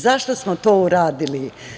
Zašto smo to uradili?